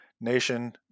nation